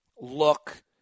look